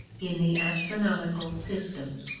in the astronomical system.